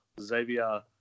Xavier